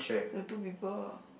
the two people